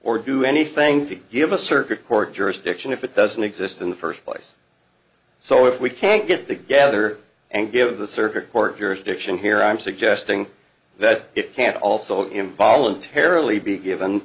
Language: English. or do anything to give a circuit court jurisdiction if it doesn't exist in the first place so if we can't get together and give the circuit court jurisdiction here i'm suggesting that it can also him voluntarily be given